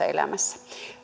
elämässään